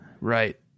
Right